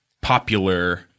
popular